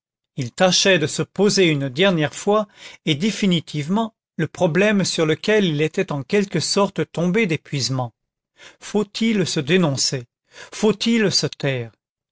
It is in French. il tâchait de se poser une dernière fois et définitivement le problème sur lequel il était en quelque sorte tombé d'épuisement faut-il se dénoncer faut-il se taire